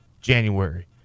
January